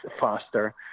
faster